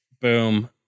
boom